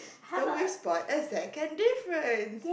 so we spot a second difference